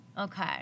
Okay